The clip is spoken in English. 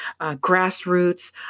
grassroots